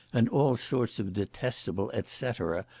and all sorts of detestable et cetera,